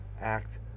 act